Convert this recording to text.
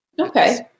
Okay